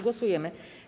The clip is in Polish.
Głosujemy.